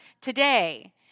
today